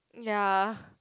ya